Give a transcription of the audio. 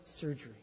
surgery